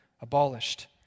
abolished